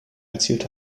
erzielt